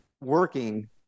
working